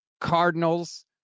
Cardinals